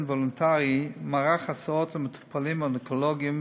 וולונטרי מערך הסעות למטופלים אונקולוגיים,